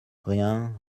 rien